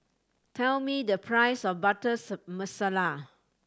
tell me the price of butter masala